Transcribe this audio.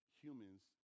humans